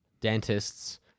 dentists